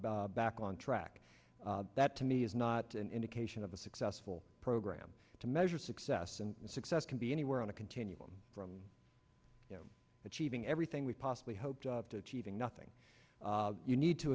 back on track that to me is not an indication of a successful program to measure success and success can be anywhere on a continuum from achieving everything we possibly hoped to achieving nothing you need to